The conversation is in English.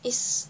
is